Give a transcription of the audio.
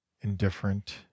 indifferent